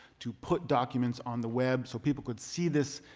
to put documents on the web so people could see this,